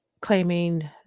claiming